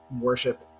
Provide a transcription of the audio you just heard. worship